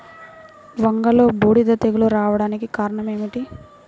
వంగలో బూడిద తెగులు రావడానికి కారణం ఏమిటి?